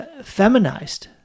feminized